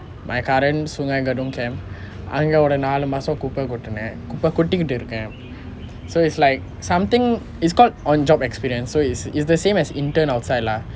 my current sungei gedong camp அங்க ஒரு நாலு மாசம் குப்பை கொட்டினேன் குப்பை கொடிட்டு இருக்கிறேன்:anga oru naalu maasam kuppai kottinen kottitu irukiren so it's like something it's called on job experience so is is the same as intern outside lah